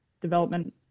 development